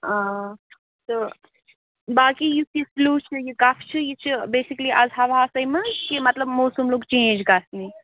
آ تہٕ باقی یُس یہِ فِلیوٗ چھِ یہِ کَف چھِ یہِ چھِ بیسِکٔلی آز ہَوہاسٕے منٛز کہِ مطلب موسَم لوٚگ چینٛج گژھِ نہِ